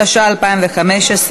התשע"ה 2015,